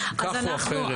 כך או אחרת,